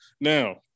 Now